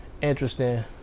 interesting